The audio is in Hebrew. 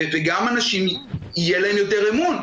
וגם לאנשים יהיה יותר אמון,